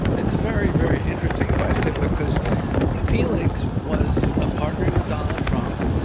it's a very, very interesting question, because felix was ah partnering with donald trump.